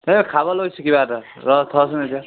এই খাব লৈছো কিবা এটা ৰহ থ'চোন এতিয়া